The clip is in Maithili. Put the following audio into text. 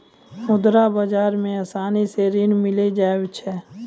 मुद्रा बाजार मे आसानी से ऋण मिली जावै छै